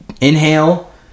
inhale